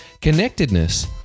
Connectedness